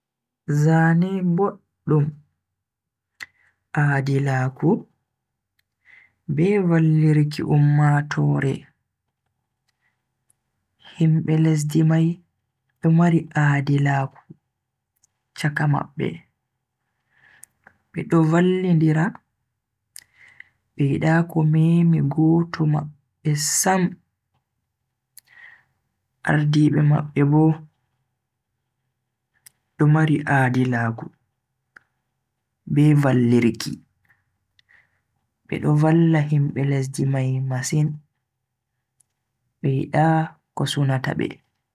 Zane boddum, aadilaaku be vallirki ummatoore. Himbe lesdi mai do mari aadilaaku chaka mabbe, be do vallindira, be yida ko memi goto mabbe sam. Ardiibe mabbe bo do mari aadilaku be vallirki, bedo valla himbe lesdi mai masin. Be yida ko sunata be.